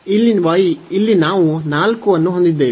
ಇಲ್ಲಿ ನಾವು 4 ಅನ್ನು ಹೊಂದಿದ್ದೇವೆ